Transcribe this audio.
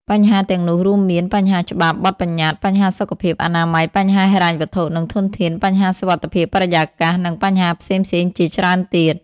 បញ្ហាទាំងនោះរួមមាន បញ្ហាច្បាប់ បទប្បញ្ញត្តិ បញ្ហាសុខភាព អនាម័យ បញ្ហាហិរញ្ញវត្ថុ និងធនធាន បញ្ហាសុវត្ថិភាព បរិយាកាស នឹងបញ្ហាផ្សេងៗជាច្រើនទៀត ។